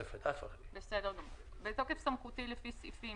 התשפ"א-2020 בתוקף סמכותי לפי סעיפים